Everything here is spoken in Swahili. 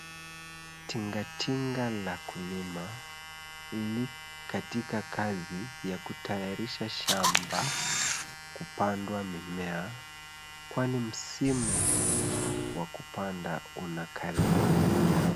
Tinga tinga la kulima li katika kazi ya kutayarisha shamba kupandwa mimea kwani msimu wa kupanda unakaribia.